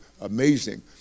amazing